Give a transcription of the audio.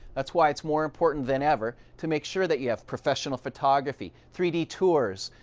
that's why it's more important than ever to make sure that you have professional photography, three d tours,